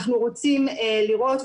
אנחנו רוצים לראות,